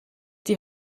die